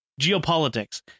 geopolitics